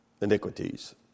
iniquities